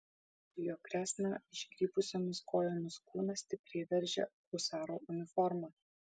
jo kresną iškrypusiomis kojomis kūną stipriai veržia husaro uniforma